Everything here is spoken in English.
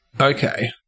Okay